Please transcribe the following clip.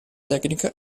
tecnica